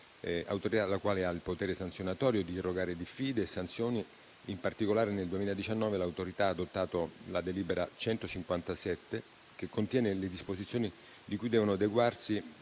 la quale ha il potere sanzionatorio di irrogare diffide e sanzioni. In particolare, nel 2019 l'Autorità ha adottato la delibera n. 157, che contiene le disposizioni cui devono adeguarsi